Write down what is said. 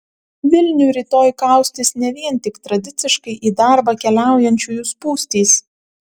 vilnių rytoj kaustys ne vien tik tradiciškai į darbą keliaujančiųjų spūstys